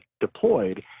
deployed